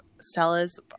Stella's